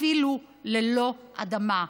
אפילו ללא-אדמה.